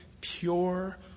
pure